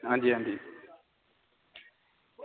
आं जी आं जी